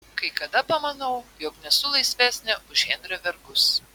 kai kada pamanau jog nesu laisvesnė už henrio vergus